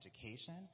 education